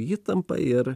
įtampa ir